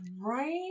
right